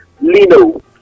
lino